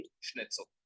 Schnitzel